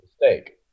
mistake